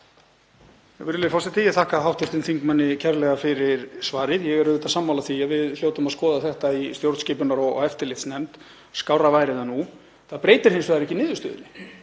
að skoða þetta í stjórnskipunar- og eftirlitsnefnd, skárra væri það nú. Það breytir hins vegar ekki niðurstöðunni.